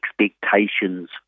expectations